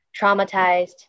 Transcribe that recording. traumatized